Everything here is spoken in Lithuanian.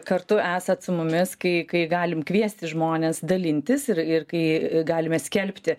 kartu esat su mumis kai kai galim kviesti žmones dalintis ir ir kai galime skelbti